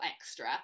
extra